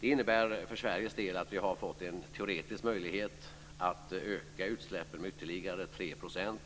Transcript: Det innebär för Sveriges del att vi har fått en teoretisk möjlighet att öka utsläppen med ytterligare 3 %.